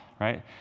right